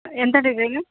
ಎಂತ ಡಿಸೈನು